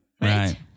Right